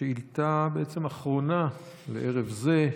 שאילתה אחרונה לערב זה,